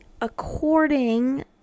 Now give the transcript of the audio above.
according